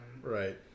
right